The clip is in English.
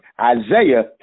Isaiah